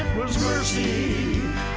was mercy